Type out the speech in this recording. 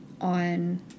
on